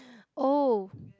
oh